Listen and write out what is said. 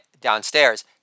downstairs